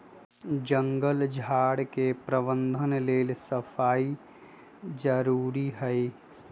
जङगल झार के प्रबंधन लेल सफाई जारुरी हइ